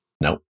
No